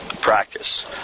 practice